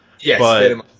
Yes